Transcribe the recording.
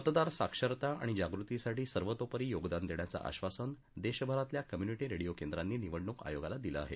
मतदार साक्षरता आणि जागृतीसाठी सर्वतोपरी योगदान देण्याचं आश्वासन देशभरातल्या कम्युनिटी रेडीओ केंद्रांनी निवडणूक आयोगाला दिलं आहे